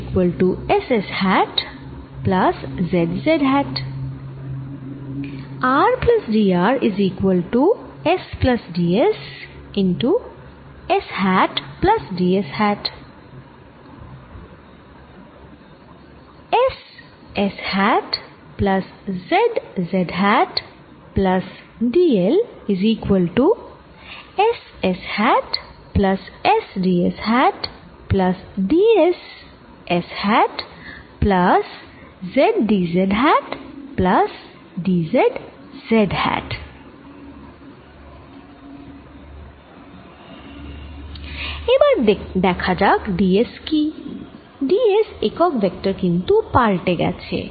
এবার দেখা যাক d s কি d s একক ভেক্টর কিন্তু পালটে গেছে